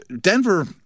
Denver